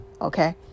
Okay